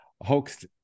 hoaxed